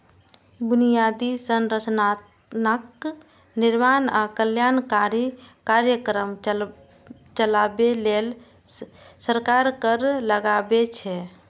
बुनियादी संरचनाक निर्माण आ कल्याणकारी कार्यक्रम चलाबै लेल सरकार कर लगाबै छै